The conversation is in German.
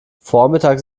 vormittags